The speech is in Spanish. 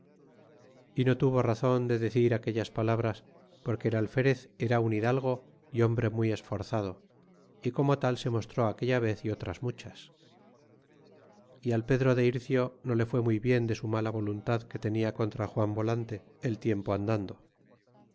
y no tuvo razon de decir aquellas palabras porque el alferez era un hidalgo y hombre muy esforzado y como tal se mostró aquella vez y otras muchas y al pedro de ircio no le fue muy bien de su mala voluntad que tenia contra juan volante el tiempo andando